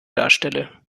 darstelle